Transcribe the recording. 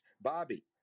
Bobby